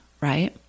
right